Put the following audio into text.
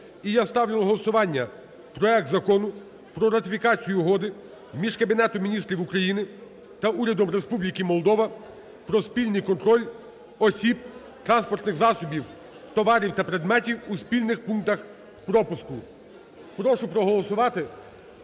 і я ставлю на голосування проект Закону про ратифікацію Угоди між Кабінетом Міністрів України та Урядом Республіки Молдова про спільний контроль осіб, транспортних засобів, товарів та предметів у спільних пунктах пропуску. Прошу проголосувати